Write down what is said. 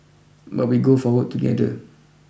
but we go forward together